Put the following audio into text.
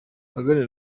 aganira